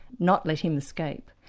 not let him escape.